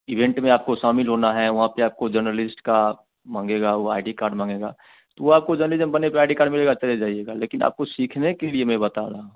event मैं आपको शामिल होना है वहाँ पर आपको जर्नलिस्ट का मांगेगा वह आई डी कार्ड तो आपको जर्नलिज्म बनने पर आई डी कार्ड मिलेगा चले जाइएगा लेकिन आपको सीखने के लिए मैं बता रहा हूँ